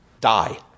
die